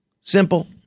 Simple